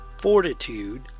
fortitude